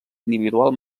individual